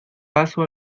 paso